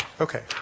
Okay